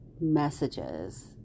messages